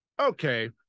Okay